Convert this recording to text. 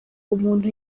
umuntu